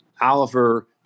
Oliver